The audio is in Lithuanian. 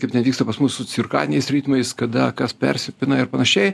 kaip ten vyksta pas mus su cirkadiniais ritmais kada kas persipina ir panašiai